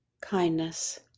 kindness